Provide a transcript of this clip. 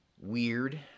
Weird